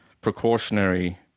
precautionary